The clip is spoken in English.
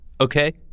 Okay